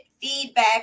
feedback